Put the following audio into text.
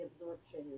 absorption